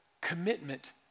commitment